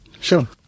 Sure